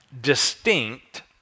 distinct